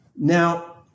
Now